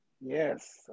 Yes